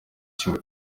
kimwe